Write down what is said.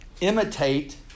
imitate